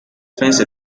fence